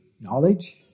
knowledge